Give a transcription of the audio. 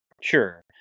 Sure